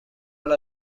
all